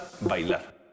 bailar